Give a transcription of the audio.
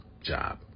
job